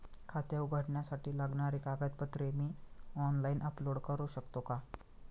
खाते उघडण्यासाठी लागणारी कागदपत्रे मी ऑनलाइन अपलोड करू शकतो का?